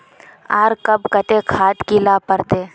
आर कब केते खाद दे ला पड़तऐ?